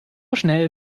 schnell